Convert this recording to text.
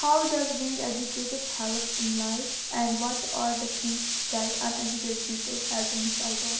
ہاو does being educated help in life and what are the things that uneducated people have to miss out on